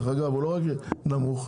הוא לא רק נמוך,